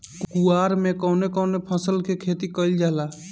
कुवार में कवने कवने फसल के खेती कयिल जाला?